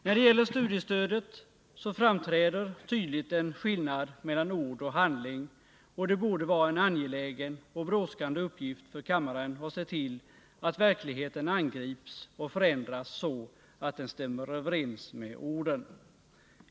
När det gäller studiestödet framträder tydligt en skillnad mellan ord och handling, och det borde vara en angelägen och brådskande uppgift för kammaren att se till att verkligheten angrips och förändras så att den stämmer överens med orden.